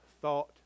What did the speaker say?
thought